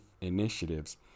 initiatives